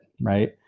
Right